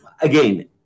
again